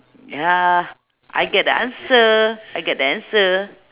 ya I get the answer I get the answer